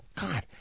god